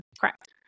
Correct